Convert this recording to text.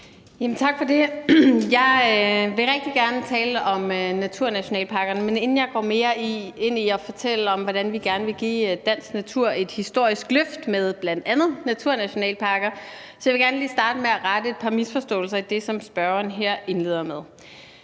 Tak for det. Jeg vil rigtig gerne tale om naturnationalparkerne, men inden jeg går mere ind i at fortælle om, hvordan vi gerne vil give den danske natur et historisk løft med bl.a. naturnationalparker, så vil jeg gerne lige starte med at rette et par misforståelser i det, som spørgeren her indleder med.